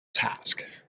task